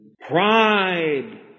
Pride